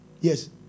yes